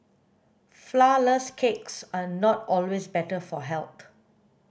flourless cakes are not always better for health